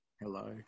Hello